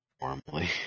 normally